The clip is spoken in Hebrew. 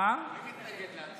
מי מתנגד להצעה שלך?